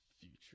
future